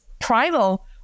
primal